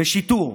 בשיטור,